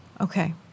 Okay